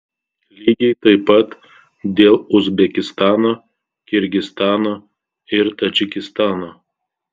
lygiai taip pat dėl uzbekistano kirgizstano ir tadžikistano